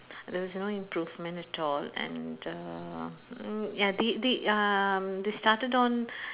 there's no improvement at all and uh ya they they um they started on